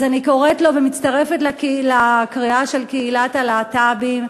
אז אני קוראת לו ומצטרפת לקריאה של קהילת הלהט"בים: